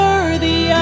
Worthy